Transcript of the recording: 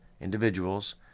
individuals